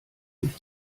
ich